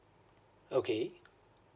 okay